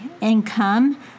income